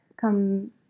come